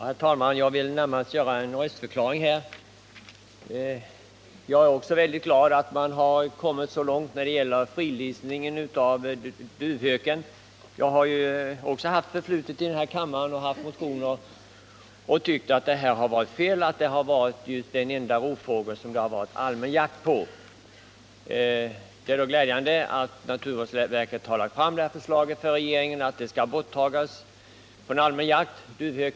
Herr talman! Jag vill närmast göra en röstförklaring. Även jag är mycket glad över att vi har kommit så långt när det gäller fridlysningen av duvhöken. Jag har själv väckt motioner där jag framhållit det felaktiga i att tillåta denna jakt. Det är ju den enda rovfågel som det är allmän jakt på. Det är glädjande att naturvårdsverket har föreslagit regeringen att duvhöken skall undantas från allmän jakt.